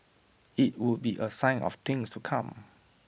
IT would be A sign of things to come